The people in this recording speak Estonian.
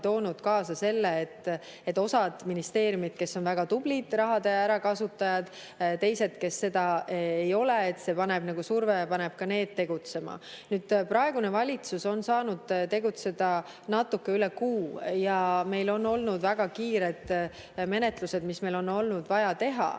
toonud välja selle, et on osa ministeeriume, kes on väga tublid raha ärakasutajad, ja teised, kes seda ei ole – see paneb surve peale ja paneb ka need tegutsema. Praegune valitsus on saanud tegutseda natuke üle kuu ja meil on olnud väga kiired menetlused, mis meil on olnud vaja ära